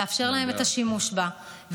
לאפשר להן ולאזרחים את השימוש בה.